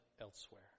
elsewhere